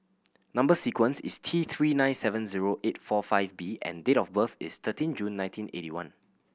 number sequence is T Three nine seven zero eight four five B and date of birth is thirteen June nineteen eighty one